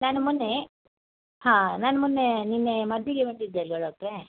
ನಾನು ಮೊನ್ನೆ ಹಾಂ ನಾನು ಮೊನ್ನೆ ನಿನ್ನೆ ಮದ್ದಿಗೆ ಬಂದಿದ್ದೆ ಅಲ್ವ ಡಾಕ್ಟ್ರೇ